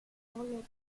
ålder